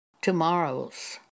tomorrow's